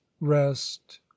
Rest